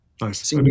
Nice